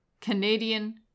Canadian